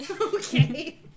okay